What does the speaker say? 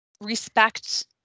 respect